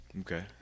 Okay